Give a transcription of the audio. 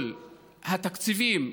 כל התקציבים,